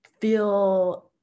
feel